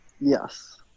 yes